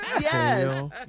yes